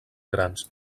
grans